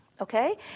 okay